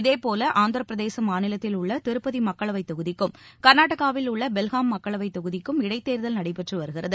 இதேபோல ஆந்திரப் பிரதேச மாநிலத்தில் உள்ள திருப்பதி மக்களவை தொகுதிக்கும் கர்நாடகாவில் உள்ள பெல்காம் மக்களவை தொகுதிக்கும் இடைத் தேர்தல் நடைபெற்று வருகிறது